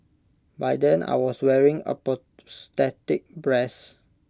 by then I was wearing A prosthetic breast